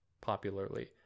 popularly